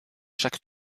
chaque